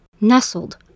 nestled